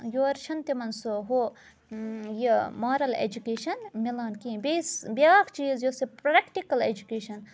یورٕ چھِ نہٕ تِمَن سُہ ہُہ یہِ مارَل ایٚجوٗکیشَن میلان کیٚنٛہہ بیٚیِس بیٛاکھ چیٖز یۄس یہِ پرٛیٚکٹِکَل ایٚجوٗکیشَن